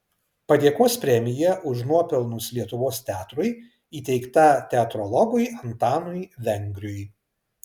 padėkos premija už nuopelnus lietuvos teatrui įteikta teatrologui antanui vengriui